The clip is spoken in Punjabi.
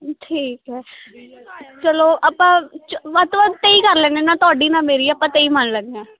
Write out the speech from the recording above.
ਠੀਕ ਹੈ ਚਲੋ ਆਪਾਂ ਵੱਧ ਤੋਂ ਵੱਧ ਤੇਈ ਕਰ ਲੈਂਦੇ ਨਾ ਤੁਹਾਡੀ ਨਾ ਮੇਰੀ ਆਪਾਂ ਤੇਈ ਮੰਨ ਲੈਂਦੇ ਹਾਂ